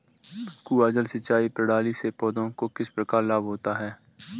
कुआँ जल सिंचाई प्रणाली से पौधों को किस प्रकार लाभ होता है?